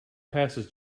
passes